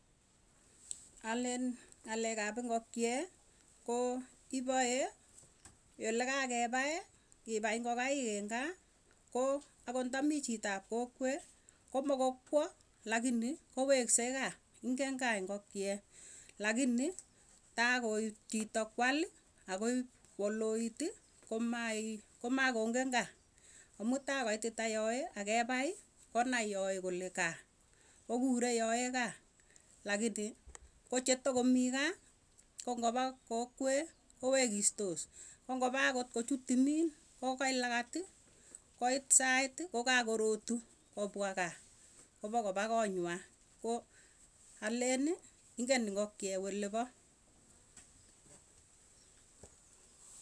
Alen ng'alek ap ngokie koo, ipae koo le kakepai, ngipai ngokaik eng' gaa koo anot ndamii chitop kokwee komakokwaa lakini koweksee gaa ingen gaa ingokie. Lakini tai koit chito kwalii akoip koloitii komaii komakongen kaa taa koitita yoe akepai konai yoe kole gaa. Lakini kochetakomii kaa koo ngopa kokwee kowegitos. Koo ngapaa ako kochut timin koikait lagatii koit saitii kokakorotuu kopwa kaa kopakopa kotngwai. Ko alenii ingen ingokie kot olepoo.